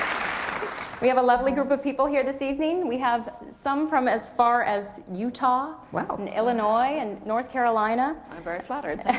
we have a lovely group of people here this evening. we have some from as far as utah, wow. illinois, and north carolina. i'm very flattered, thank